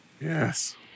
Yes